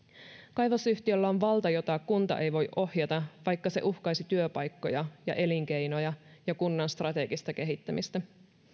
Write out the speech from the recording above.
kaivosyhtiöllä on valta jota kunta ei voi ohjata vaikka se uhkaisi työpaikkoja elinkeinoja ja kunnan strategista kehittämistä